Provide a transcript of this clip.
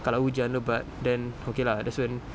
kalau hujan lebat then okay lah that's when